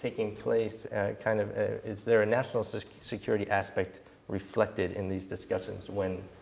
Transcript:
taking place kind of is there a national so security aspect reflected in these discussions when,